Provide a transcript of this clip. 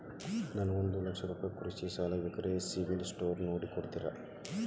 ನನಗೊಂದ ಲಕ್ಷ ರೂಪಾಯಿ ಕೃಷಿ ಸಾಲ ಬೇಕ್ರಿ ಸಿಬಿಲ್ ಸ್ಕೋರ್ ನೋಡಿ ಕೊಡ್ತೇರಿ?